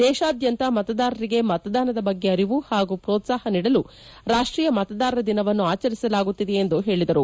ದೇಶಾದ್ದಂತ ಮತದಾರರಿಗೆ ಮತದಾನದ ಬಗ್ಗೆ ಅರಿವು ಹಾಗೂ ಪ್ರೋತ್ಲಾಹ ನೀಡಲು ರಾಷ್ಟೀಯ ಮತದಾರರ ದಿನವನ್ನು ಆಚರಿಸಲಾಗುತ್ತಿದೆ ಎಂದು ಹೇಳಿದರು